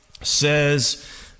says